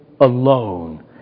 alone